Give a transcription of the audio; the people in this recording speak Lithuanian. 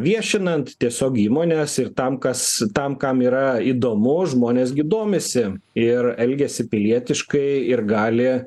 viešinant tiesiog įmones ir tam kas tam kam yra įdomu žmonės gi domisi ir elgiasi pilietiškai ir gali